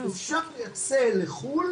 אפשר לייצא לחו"ל